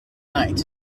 night